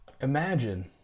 Imagine